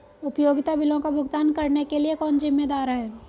उपयोगिता बिलों का भुगतान करने के लिए कौन जिम्मेदार है?